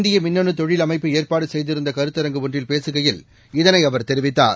இந்திய மின்னணு தொழில் அமைப்பு ஏற்பாடு செய்திருந்த கருத்தரங்கு ஒன்றில் பேசுகையில் இதனை அவர் தெரிவித்தார்